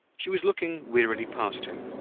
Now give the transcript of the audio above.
she was looking wearily past him,